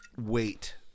wait